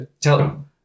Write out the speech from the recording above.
tell